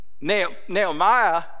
Nehemiah